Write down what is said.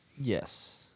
Yes